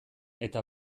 eta